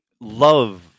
love